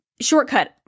shortcut